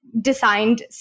designed